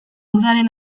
udaren